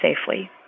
safely